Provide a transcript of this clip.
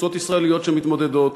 קבוצות ישראליות שמתמודדות,